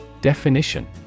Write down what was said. Definition